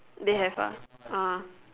they have ah ah